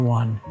one